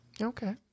Okay